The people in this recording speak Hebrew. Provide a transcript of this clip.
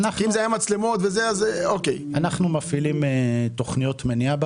אנחנו ברשויות המקומיות מפעילים תכניות מניעה,